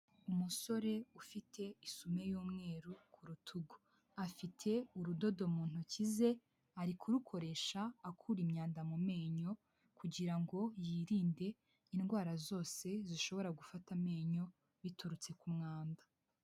Umusore ufite isume y'umweru ku rutugu, afite urudodo mu ntoki ze ari kurukoresha akura imyanda mu menyo kugira ngo yirinde indwara zose zishobora gufata amenyo biturutse ku mwanda.